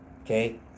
Okay